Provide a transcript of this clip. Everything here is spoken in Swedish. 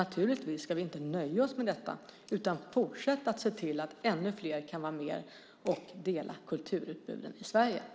Naturligtvis ska vi inte nöja oss med detta utan fortsätta att se till att ännu fler kan vara med och dela kulturutbudet i Sverige.